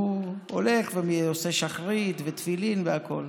הוא הולך ועושה שחרית ותפילין והכול.